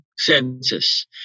census